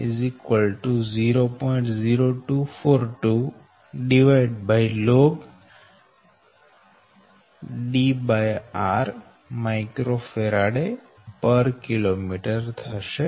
0242log D r µFkm થશે